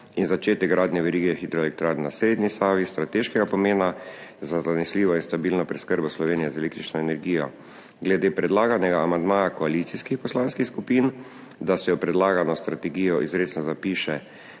in začetek gradnje verige hidroelektrarn na srednji Savi strateškega pomena za zanesljivo in stabilno preskrbo Slovenije z električno energijo. Glede predlaganega amandmaja koalicijskih poslanskih skupin, da se v predlagano strategijo izrecno zapiše,